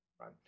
right